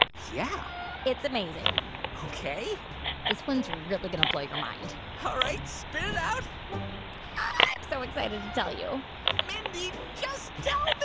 yeah it's amazing ok this one's really going to blow your mind all right. spit it out i'm so excited to tell you mindy, just tell